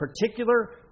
particular